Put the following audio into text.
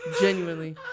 genuinely